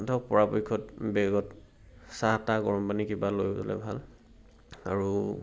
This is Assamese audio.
ধৰক পৰাপক্ষত বেগত চাহ তাহ গৰম পানী কিবা লৈ গ'লে ভাল আৰু